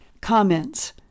Comments